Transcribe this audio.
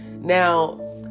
now